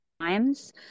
times